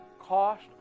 cost